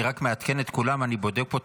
אני מעדכן את כולם שאני בודק פה את